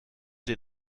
den